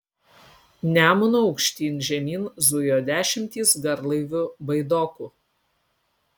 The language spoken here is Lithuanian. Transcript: nemunu aukštyn žemyn zujo dešimtys garlaivių baidokų